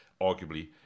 arguably